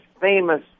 famous